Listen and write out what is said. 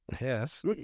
Yes